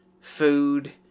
food